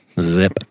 Zip